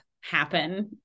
happen